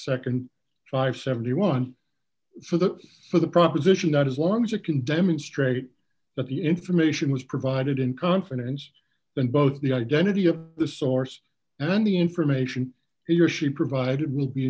s nd drive seventy one for the for the proposition that as long as you can demonstrate that the information was provided in confidence then both the identity of the source and the information he or she provided will be